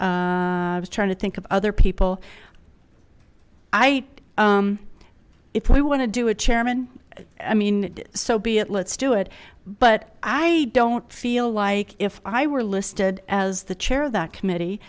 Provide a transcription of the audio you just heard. was trying to think of other people i if we want to do a chairman i mean so be it let's do it but i don't feel like if i were listed as the chair of that committee